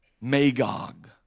Magog